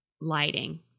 lighting